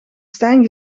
stijn